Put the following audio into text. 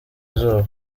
izuba